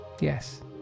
Yes